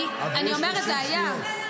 אני אומרת: זה היה.